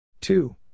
Two